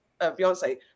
Beyonce